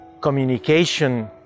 communication